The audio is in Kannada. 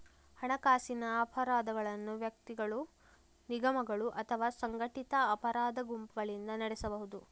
ಹಣಕಾಸಿನ ಅಪರಾಧಗಳನ್ನು ವ್ಯಕ್ತಿಗಳು, ನಿಗಮಗಳು ಅಥವಾ ಸಂಘಟಿತ ಅಪರಾಧ ಗುಂಪುಗಳಿಂದ ನಡೆಸಬಹುದು